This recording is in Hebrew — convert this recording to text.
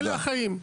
אלה החיים.